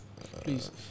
please